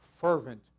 fervent